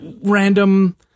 random